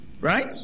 Right